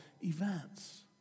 events